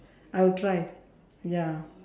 I'll try ya